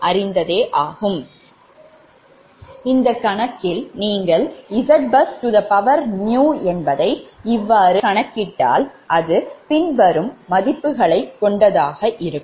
4916 ஆக கிடைக்கும்